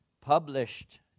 published